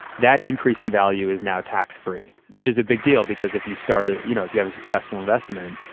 that increase in value is now tax free, which is a big deal, because if you started you know, if you have a successful investment,